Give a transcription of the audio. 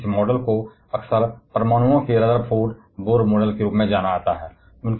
और इसलिए इस मॉडल को अक्सर परमाणुओं के रदरफोर्ड बोहर मॉडल के रूप में जाना जाता है